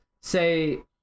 say